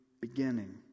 beginning